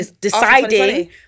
deciding